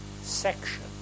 section